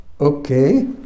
okay